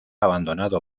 abandonado